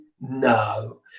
no